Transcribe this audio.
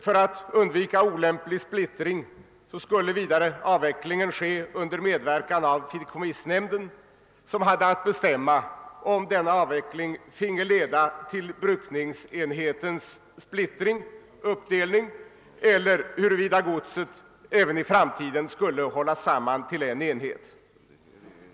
För att undvika olämplig splittring skulle vidare avvecklingen ske under medverkan av fideikommissnämnden, som hade att bestämma om denna avveckling finge leda till brukningsenhetens uppdelning eller om godset även i framtiden skulle hållas samman till en enhet.